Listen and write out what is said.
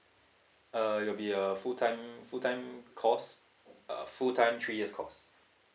uh it'll be a full time full time course uh full time three years course